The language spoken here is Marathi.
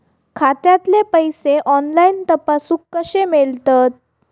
खात्यातले पैसे ऑनलाइन तपासुक कशे मेलतत?